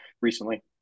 recently